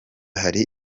hari